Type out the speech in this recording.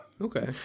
Okay